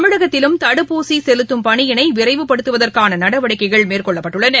தமிழகத்திலும் தடுப்பூசிசெலுத்தும் பணியினைவிரைவுபடுத்துவதற்கானநடவடிக்கைகள் மேற்கொள்ளப்பட்டுள்ளன